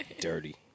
Dirty